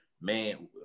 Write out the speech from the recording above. Man